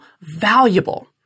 valuable